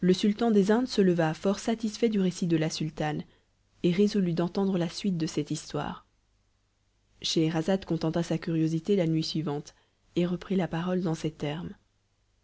le sultan des indes se leva fort satisfait du récit de la sultane et résolut d'entendre la suite de cette histoire scheherazade contenta sa curiosité la nuit suivante et reprit la parole dans ces termes